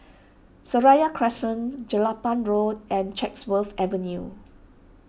Seraya Crescent Jelapang Road and Chatsworth Avenue